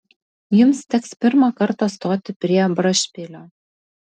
jums teks pirmą kartą stoti prie brašpilio